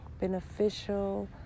beneficial